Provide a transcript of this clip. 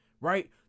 right